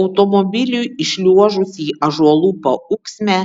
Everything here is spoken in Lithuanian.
automobiliui įšliuožus į ąžuolų paūksmę